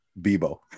Bebo